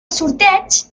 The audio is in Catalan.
sorteig